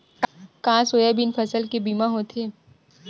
का सोयाबीन फसल के बीमा होथे?